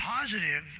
positive